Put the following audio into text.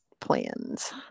plans